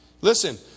Listen